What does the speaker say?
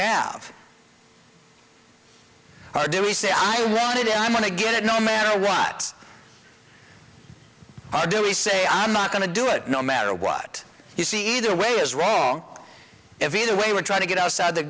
have how do we say i want it and i'm going to get it no matter what i do we say i'm not going to do it no matter what you see either way is wrong either way we're trying to get outside the